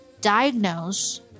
diagnose